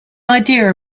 idea